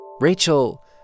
Rachel